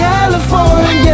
California